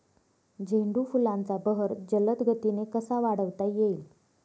झेंडू फुलांचा बहर जलद गतीने कसा वाढवता येईल?